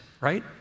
right